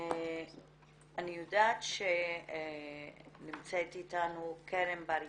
אני יודעת שנמצאת איתנו קרן בר יהודה,